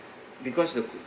because the